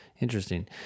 Interesting